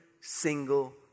single